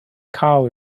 carl